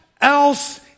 else